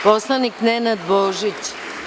Poslanik Nenad Božić.